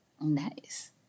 Nice